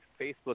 Facebook